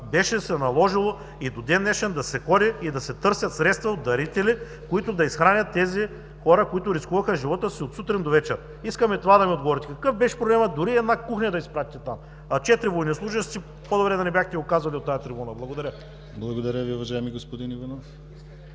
беше се наложило и до ден-днешен да се ходи и да се търсят средства от дарители, които да изхранят тези хора, които рискуваха живота си от сутрин до вечер. Искаме това да ни отговорите: какъв беше проблемът дори една кухня да изпратите там? А четири военнослужещи – по-добре да не го бяхте казвали от тази трибуна! ПРЕДСЕДАТЕЛ ДИМИТЪР ГЛАВЧЕВ: Благодаря Ви, уважаеми господин Иванов.